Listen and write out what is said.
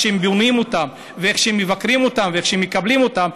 איך שהם בונים אותם ואיך שהם מבקרים אותם ואיך שמקבלים אותם,